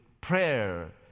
prayer